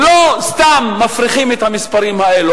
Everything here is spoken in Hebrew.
לא סתם מפריחים את המספרים האלה.